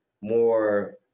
more